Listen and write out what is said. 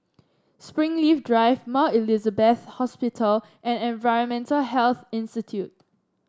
Springleaf Drive Mount Elizabeth Hospital and Environmental Health Institute